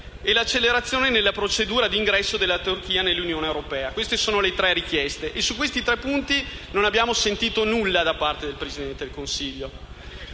l'accelerazione della procedura di ingresso della Turchia nell'Unione europea. Queste sono le tre richieste e su questi tre punti non abbiamo sentito nulla da parte del Presidente del Consiglio.